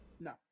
No